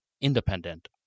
independent